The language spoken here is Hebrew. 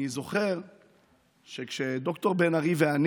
אני זוכר שד"ר בן ארי ואני